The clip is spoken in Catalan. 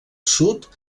sud